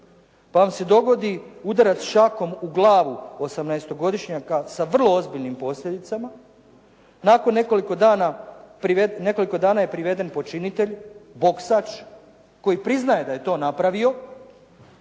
da vam se dogodi udarac šakom u glavu osamnaestogodišnjaka sa vrlo ozbiljnim posljedicama. Nakon nekoliko dana je priveden počinitelj, boksač koji priznaje da je to napravio